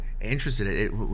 interested